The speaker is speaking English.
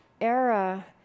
era